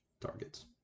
targets